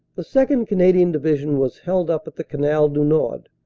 the second. canadian division was held up at the canal du nord,